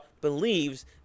believes